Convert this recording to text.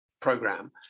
program